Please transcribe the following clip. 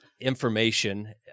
information